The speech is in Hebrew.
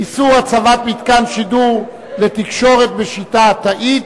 איסור הצבת מתקן שידור לתקשורת בשיטה התאית),